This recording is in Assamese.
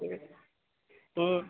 ও